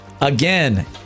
Again